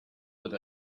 with